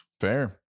fair